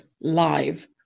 live